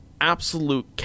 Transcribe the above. absolute